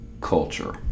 culture